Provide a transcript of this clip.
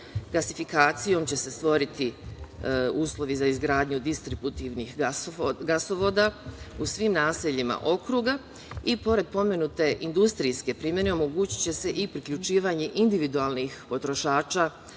vazduh. Gasifikacijom će se stvoriti uslovi za izgradnju distributivnih gasovoda u svim naseljima okruga. Pored pomenute industrijske primene omogućiće se i priključivanje individualnih potrošača